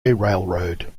railroad